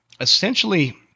essentially